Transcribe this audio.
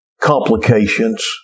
complications